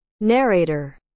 Narrator